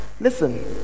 listen